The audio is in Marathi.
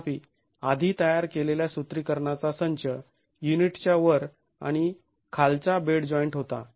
तथापि आधी तयार केलेला सूत्रीकरणाचा संच युनिटच्या वर आणि खालचा बेड जॉईंट होता